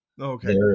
okay